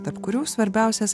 tarp kurių svarbiausias